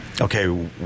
okay